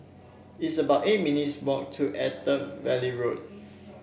it's about eight minutes' walk to Attap Valley Road